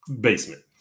basement